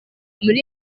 muri